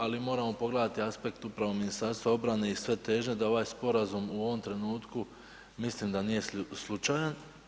Ali moramo pogledati aspekt upravo Ministarstva obrane i sve težnje da ovaj sporazum u ovom trenutku mislim da nije slučajan.